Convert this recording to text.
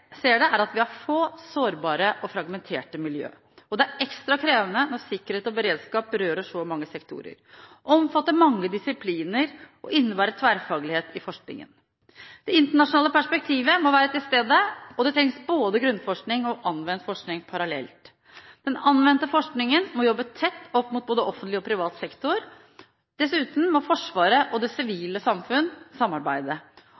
det, er at vi har få, sårbare og fragmenterte miljø. Det er ekstra krevende når sikkerhet og beredskap berører så mange sektorer, omfatter mange disipliner og innebærer tverrfaglighet i forskningen. Det internasjonale perspektivet må være til stede, og det trengs både grunnforskning og anvendt forskning parallelt. Innen den anvendte forskningen må man jobbe tett opp mot både offentlig og privat sektor. Dessuten må Forsvaret og det